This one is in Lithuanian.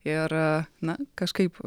ir na kažkaip